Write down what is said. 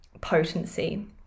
potency